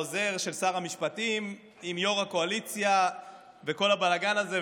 השר המקשר של העוזר של שר המשפטים עם יו"ר הקואליציה וכל הבלגן הזה,